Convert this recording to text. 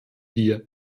wir